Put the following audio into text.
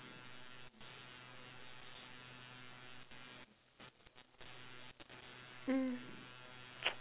mm